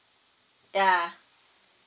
ya